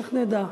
איך נדע?